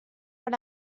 per